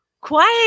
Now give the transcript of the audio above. quiet